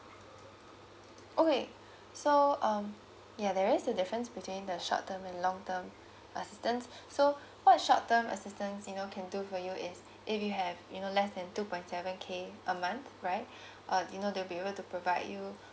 okay so um ya there's the difference between the short term and long term assistance so what short term assistance you know can do for you is if you have you know less than two point seven K a month right uh you know they will be able to provide you